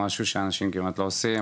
משהו שאנשים כמעט לא עושים,